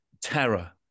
terror